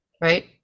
Right